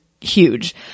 huge